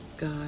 God